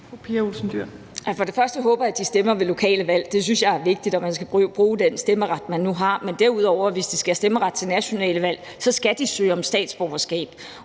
og fremmest håber jeg, at de stemmer ved lokale valg. Det synes jeg er vigtigt; man skal bruge den stemmeret, man nu har. Men hvis de skal have stemmeret til nationale valg, skal de søge om statsborgerskab,